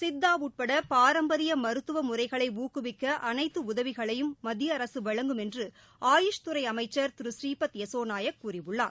சித்தா உட்பட பாரம்பரிய மருத்துவ முறைகளை ஊக்குவிக்க அனைத்து உதவிகளையும் மத்திய அரசு வழங்கும் என்று ஆயுஷ் துறை அமைச்சர் திரு ஸ்ரீபத் யசோ நாயக் கூறியுள்ளார்